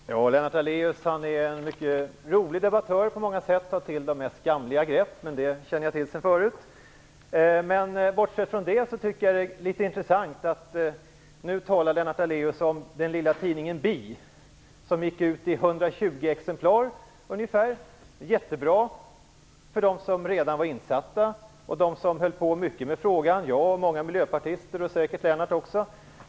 Herr talman! Lennart Daléus är en på många sätt mycket rolig debattör. Han tar till de mest skamliga grepp, men det känner jag till sedan förut. Bortsett från det är det litet intressant att höra att Lennart Daléus nu talar om den lilla tidningen Bi, som gick ut i ungefär 120 exemplar. Den var jättebra för dem som redan var insatta och för dem som höll på mycket med frågan, som jag och många miljöpartister och säkert också Lennart Daléus.